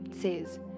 says